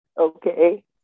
okay